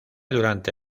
durante